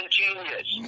genius